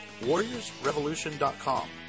WarriorsRevolution.com